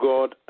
God